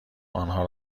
آنها